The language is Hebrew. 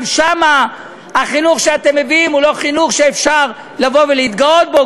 גם שם החינוך שאתם מביאים הוא לא חינוך שאפשר לבוא ולהתגאות בו.